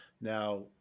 Now